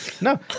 No